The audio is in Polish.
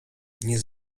nie